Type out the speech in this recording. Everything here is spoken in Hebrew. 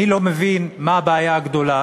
אני לא מבין מה הבעיה הגדולה